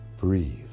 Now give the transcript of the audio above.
breathe